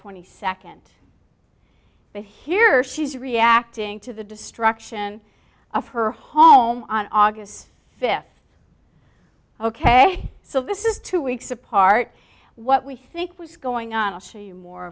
twenty second but here she's reacting to the destruction of her home on august fifth ok so this is two weeks apart what we think was going on i'll sh